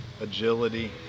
agility